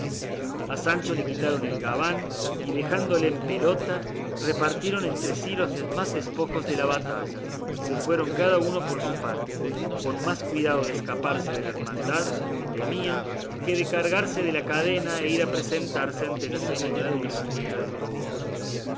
a sancho le quitaron el gabán y dejándole en pelota repartiendo entre sí los demás despojos de la batalla se fueron cada uno por su parte con más cuidado de escaparse de la hermandad que temían que de cargarse de la cadena e ir a presentarse ante la señora dulcinea del toboso